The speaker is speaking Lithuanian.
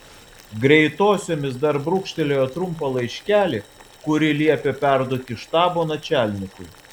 greitosiomis dar brūkštelėjo trumpą laiškelį kurį liepė perduoti štabo načialnikui